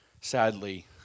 sadly